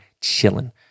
chilling